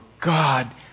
God